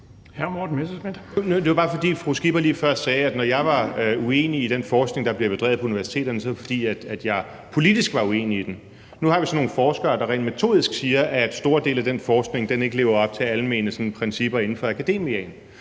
Det var bare, fordi fru Pernille Skipper lige før sagde, at når jeg var uenig i den forskning, der bliver bedrevet på universiteterne, er det, fordi jeg politisk var uenig i den. Nu har vi så nogle forskere, der rent metodisk siger, at store dele af den forskning ikke lever op til sådan almene principper inden for akademia.